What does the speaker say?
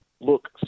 look